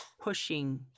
pushing